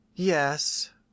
Yes